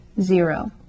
zero